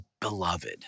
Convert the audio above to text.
beloved